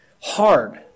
hard